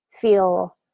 feel